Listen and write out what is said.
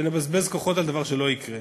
שנבזבז כוחות על דבר שלא יקרה.